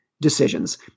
decisions